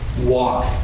walk